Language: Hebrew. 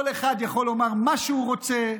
כל אחד יכול לומר מה שהוא רוצה,